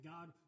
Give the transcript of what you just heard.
God